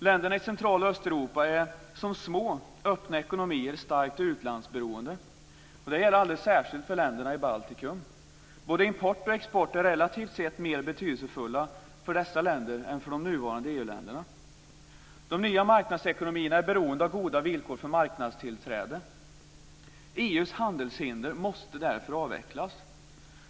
Länderna i Central och Östeuropa är, som små öppna ekonomier, starkt utlandsberoende. Det gäller alldeles särskilt för länderna i Baltikum. Både import och export är relativt sett mer betydelsefulla för dessa länder än för de nuvarande EU-länderna. De nya marknadsekonomierna är beroende av goda villkor för marknadstillträde. EU:s handelshinder måste därför avvecklas.